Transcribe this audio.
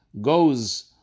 goes